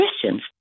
Christians